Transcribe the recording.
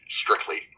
strictly